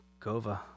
Kova